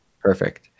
Perfect